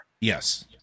Yes